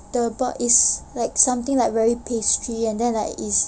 the bak~ is something like very pastry and then like it's